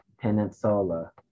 Peninsula